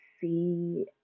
see